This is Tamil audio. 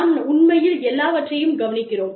நாம் உண்மையில் எல்லாவற்றையும் கவனிக்கிறோம்